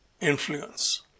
influence